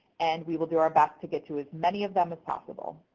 and we will do our best to get to as many of them as possible.